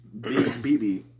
BB